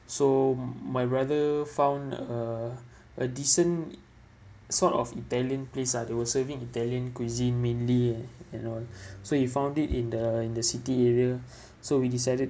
so my brother found a a decent sort of italian place lah they were serving italian cuisine mainly ah you know so he found it in the in the city area so we decided